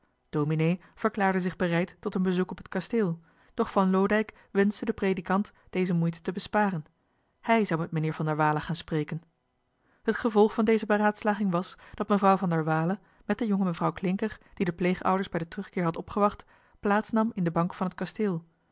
dominee verklaarde zich bereid tot een bezoek op het kasteel johan de meester de zonde in het deftige dorp doch van loodijck wenschte den predikant deze moeite te besparen hij zou met meneer van der waele gaan spreken het gevolg van deze beraadslaging was dat mevrouw van der waele met de jonge mevrouw klincker die de pleegouders bij den terugkeer had opgewacht plaats nam in de bank van het kasteel